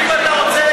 אם אתה רוצה,